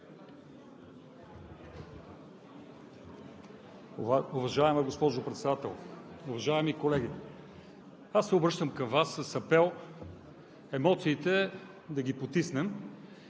Уважаема госпожо Председател, уважаеми колеги!